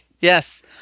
Yes